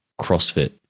CrossFit